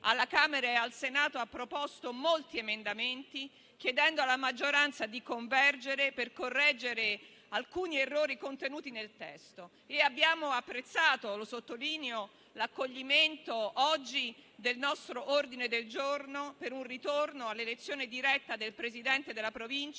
alla Camera e al Senato ha proposto molti emendamenti chiedendo alla maggioranza di convergere per correggere alcuni errori contenuti nel testo. Abbiamo apprezzato - lo sottolineo - l'accoglimento oggi del nostro ordine del giorno per un ritorno all'elezione diretta del Presidente della